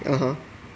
(uh huh)